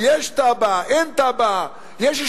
יש תב"ע,